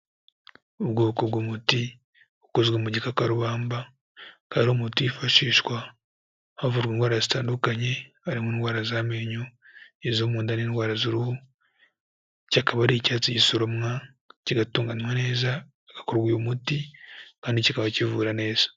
Ubwoko bw'umuti ukozwe mu gikakarubamba, ukaba ari umuti wifashishwa havura indwara zitandukanye, harimo indwara z'amenyo izo mu nda n'indwara z'uruhu, iki akaba ari icyatsi gisoromwa kigatunganywa neza hagakorwarwa uyu umuti, kandi kikaba kivura neza.